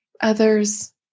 others